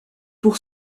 pour